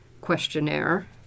questionnaire